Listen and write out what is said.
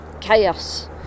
chaos